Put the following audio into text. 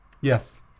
yes